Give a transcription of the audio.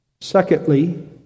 Secondly